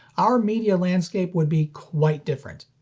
our media landscape would be quite different.